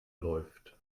läuft